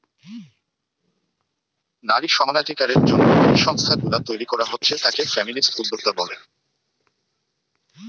নারী সমানাধিকারের জন্যে যেই সংস্থা গুলা তইরি কোরা হচ্ছে তাকে ফেমিনিস্ট উদ্যোক্তা বলে